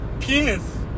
Penis